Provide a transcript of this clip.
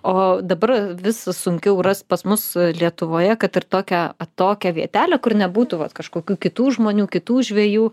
o dabar vis sunkiau rast pas mus lietuvoje kad ir tokią atokią vietelę kur nebūtų vat kažkokių kitų žmonių kitų žvejų